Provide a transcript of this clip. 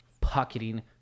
pocketing